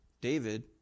David